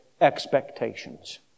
expectations